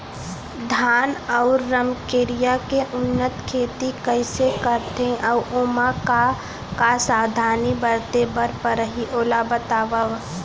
धान अऊ रमकेरिया के उन्नत खेती कइसे करथे अऊ ओमा का का सावधानी बरते बर परहि ओला बतावव?